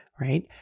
right